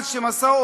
נא לסיים בבקשה.